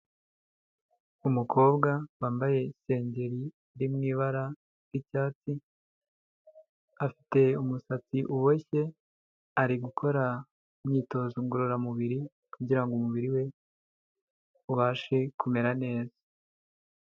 Umukobwa wambaye isengeri iri mu ibara ry'icyatsi, afite umusatsi uboshye, ari gukora imyitozo ngororamubiri kugira ngo umubiri we ubashe kumera neza.